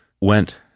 went